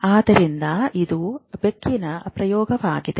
ಆದ್ದರಿಂದ ಇದು ಬೆಳಕಿನ ಪ್ರಯೋಗವಾಗಿದೆ